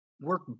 work